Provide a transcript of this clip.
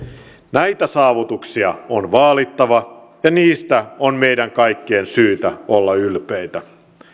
näitä saavutuksia on vaalittava ja niistä on meidän kaikkien syytä olla ylpeitä